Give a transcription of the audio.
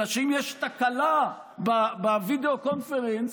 אלא שאם יש תקלה בווידיאו קונפרנס,